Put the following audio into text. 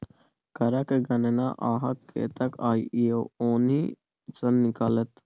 करक गणना अहाँक कतेक आय यै ओहि सँ निकलत